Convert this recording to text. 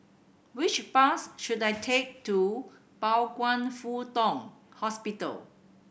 which bus should I take to Pao Kwan Foh Tang hospital